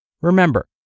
Remember